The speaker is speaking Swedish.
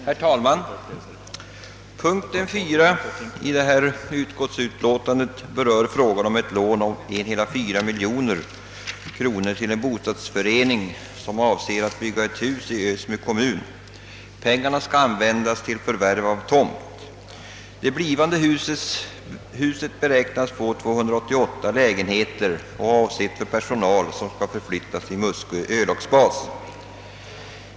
Herr talman! Punkten 4 i statsutskottets förevarande utlåtande rör frågan om ett lån på 1,4 miljon kronor till en bostadsrättsförening som avser att bygga ett hus i Ösmo kommun. Pengarna skall användas till förvärv av tomt. Det blivande huset, som beräknas få 288 lägenheter, är avsett för personal som skall förflyttas till Muskö örlogsbas.